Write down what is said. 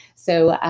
so,